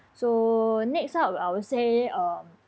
so next up I will say um